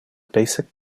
basic